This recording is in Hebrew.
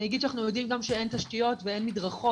אני אגיד שאנחנו יודעים גם שאין תשתיות ואין מדרכות,